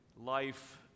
life